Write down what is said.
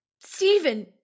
Stephen